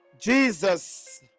Jesus